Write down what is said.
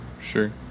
Sure